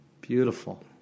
Beautiful